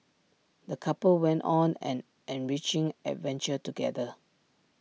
the couple went on an enriching adventure together